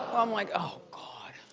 i'm like oh god.